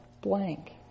blank